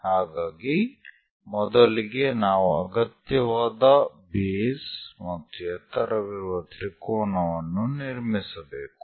ಹಾಗಾಗಿ ಮೊದಲಿಗೆ ನಾವು ಅಗತ್ಯವಾದ ಬೇಸ್ ಮತ್ತು ಎತ್ತರವಿರುವ ತ್ರಿಕೋನವನ್ನು ನಿರ್ಮಿಸಬೇಕು